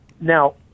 now